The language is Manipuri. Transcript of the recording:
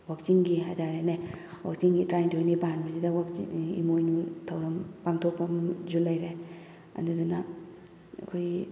ꯋꯥꯛꯆꯤꯡꯒꯤ ꯍꯥꯏꯇꯥꯔꯦꯅꯦ ꯋꯥꯛꯆꯤꯡꯒꯤ ꯇꯔꯥꯅꯤꯊꯣꯏꯅꯤ ꯄꯥꯟꯕꯁꯤꯗ ꯋꯥꯛꯆꯤꯡ ꯏꯃꯣꯏꯅꯨ ꯊꯧꯔꯝ ꯄꯥꯡꯊꯣꯛꯄ ꯑꯝꯁꯨ ꯂꯩꯔꯦ ꯑꯗꯨꯗꯨꯅ ꯑꯩꯈꯣꯏꯒꯤ